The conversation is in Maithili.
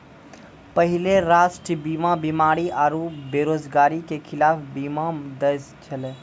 पहिले राष्ट्रीय बीमा बीमारी आरु बेरोजगारी के खिलाफ बीमा दै छलै